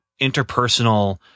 interpersonal